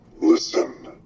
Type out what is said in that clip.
Listen